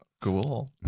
Cool